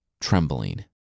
trembling